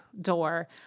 door